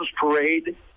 Parade